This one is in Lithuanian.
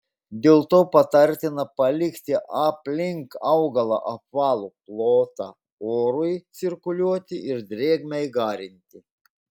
dėl to patartina palikti aplink augalą apvalų plotą orui cirkuliuoti ir drėgmei garinti